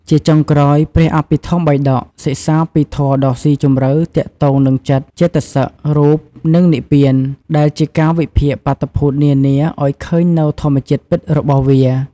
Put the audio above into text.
ជាចុងក្រោយ ព្រះអភិធម្មបិដក សិក្សាពីធម៌ដ៏ស៊ីជម្រៅទាក់ទងនឹងចិត្ត ចេតសិក រូប និងនិព្វាន ដែលជាការវិភាគបាតុភូតនានាឱ្យឃើញនូវធម្មជាតិពិតរបស់វា។